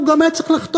הוא גם היה צריך לחטוף,